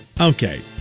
Okay